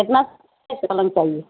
کتنا پلنگ چاہیے